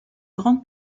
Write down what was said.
grande